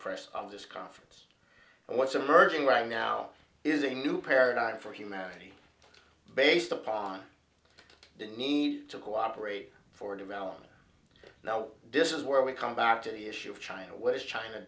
this conference and what's emerging right now is a new paradigm for humanity based upon the need to cooperate for development now this is where we come back to the issue of china what is china